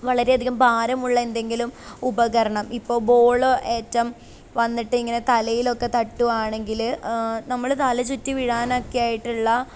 വളരെയധികം ഭാരമുള്ള എന്തെങ്കിലും ഉപകരണം ഇപ്പോൾ ബോൾ ഏറ്റം വന്നിട്ടിങ്ങനെ തലയിലൊക്കെ തട്ടുവാണെങ്കിൽ നമ്മൾ തലചുറ്റി വീഴാനൊക്കെയായിട്ടുള്ള